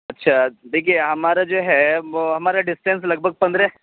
اچھا دیکھیے ہمارا جو ہے وہ ہمارا ڈسٹینس لگ بھگ پندرہ